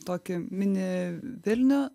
tokį mini vilnių